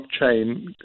blockchain